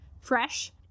fresh